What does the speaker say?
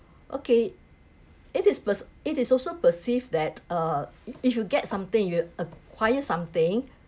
okay it is perc~ it is also perceived that uh if you get something you acquire something